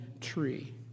tree